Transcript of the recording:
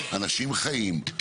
אנשים חיים,